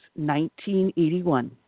1981